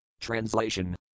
Translation